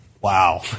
Wow